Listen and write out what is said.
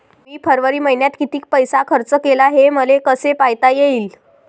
मी फरवरी मईन्यात कितीक पैसा खर्च केला, हे मले कसे पायता येईल?